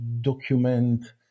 document